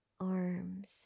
arms